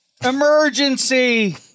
Emergency